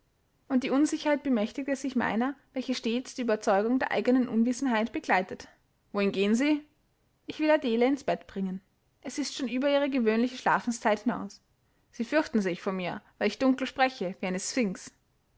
und die unsicherheit bemächtigte sich meiner welche stets die überzeugung der eigenen unwissenheit begleitet wohin gehen sie ich will adele ins bett bringen es ist schon über ihre gewöhnliche schlafenszeit hinaus sie fürchten sich vor mir weil ich dunkel spreche wie eine sphynx